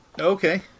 Okay